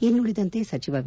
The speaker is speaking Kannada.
ಇನ್ನುಳಿದಂತೆ ಸಚಿವ ವಿ